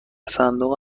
صندوق